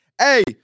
hey